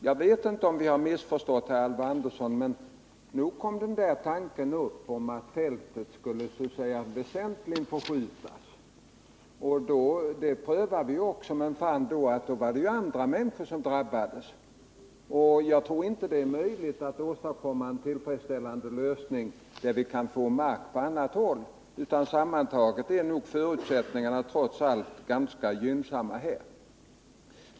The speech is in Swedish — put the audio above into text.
Jag vet inte om jag har missförstått Alvar Andersson, men nog kom väl den där tanken upp om att fältet skulle väsentligt kunna förskjutas. När vi prövade den saken fann vi emellertid att det då bara skulle bli andra människor som skulle drabbas. Jag tror inte det är möjligt att åstadkomma en tillfredsställande lösning där vi kan få mark på annat håll. Sammantaget är nog förutsättningarna trots allt ganska gynnsamma här.